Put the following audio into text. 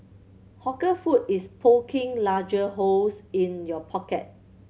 hawker food is poking larger holes in your pocket